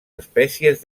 espècies